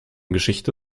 geschichte